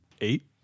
Eight